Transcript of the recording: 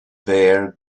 bear